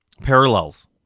parallels